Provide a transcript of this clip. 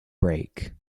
break